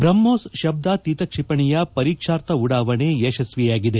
ಬ್ರಹ್ನೋಸ್ ಶಬ್ದಾತೀತ ಕ್ಷಿಪಣಿಯ ಪರಿಕ್ಷಾರ್ಥ ಉಡಾವಣೆ ಯಶಸ್ನಿಯಾಗಿದೆ